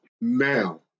now